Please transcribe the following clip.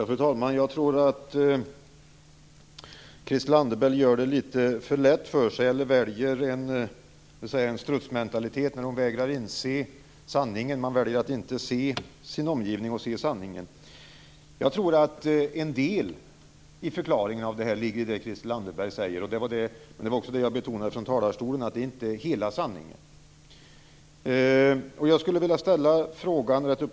Fru talman! Christel Anderberg gör det litet för lätt för sig. Hon väljer en strutsmentalitet när hon vägrar inse sanningen. Hon väljer att inte sen sin omgivning, att se sanningen. Jag tror att en del av förklaringen till det här ligger i det som Christel Anderberg säger. Jag betonade också från talarstolen att det jag sade inte var hela sanningen.